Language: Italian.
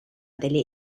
delle